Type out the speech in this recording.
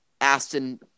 Aston